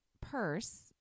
purse